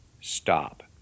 stop